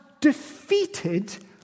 defeated